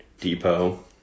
depot